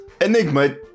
Enigma